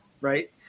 right